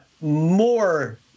more